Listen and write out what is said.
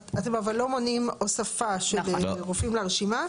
אתם אבל לא מונעים הוספה של רופאים לרשימה.